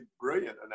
brilliant